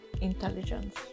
intelligence